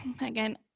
again